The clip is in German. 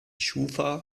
schufa